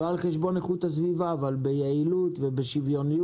לא על חשבון איכות הסביבה אבל ביעילות ובשוויוניות,